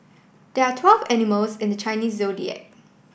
there are twelve animals in the Chinese Zodiac